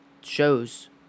shows